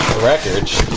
wreckage